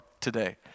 today